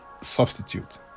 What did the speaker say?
substitute